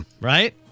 Right